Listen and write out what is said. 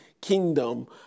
kingdom